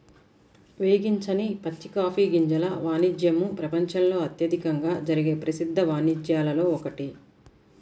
వేగించని పచ్చి కాఫీ గింజల వాణిజ్యము ప్రపంచంలో అత్యధికంగా జరిగే ప్రసిద్ధ వాణిజ్యాలలో ఒకటి